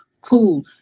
cool